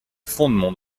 fondement